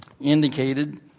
indicated